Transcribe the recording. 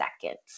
seconds